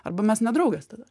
arba mes ne draugės tada